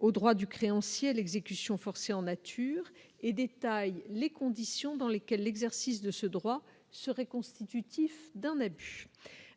au droit du créancier, l'exécution forcée en nature et détaille les conditions dans lesquelles l'exercice de ce droit serait constitutif d'un abus